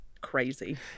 crazy